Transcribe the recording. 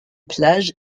plage